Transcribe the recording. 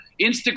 Instagram